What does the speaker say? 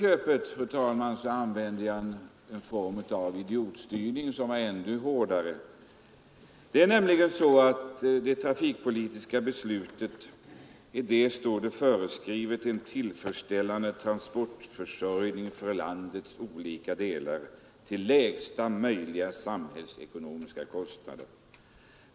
Jag använde t.o.m. uttrycket en form av idiotstyrning, vilket är ännu hårdare. Det är nämligen så att det trafikpolitiska beslutet föreskriver en tillfredsställande transportförsörjning för landets olika delar till lägsta möjliga samhällsekonomiska kostnader.